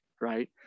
right